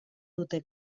dute